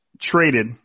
traded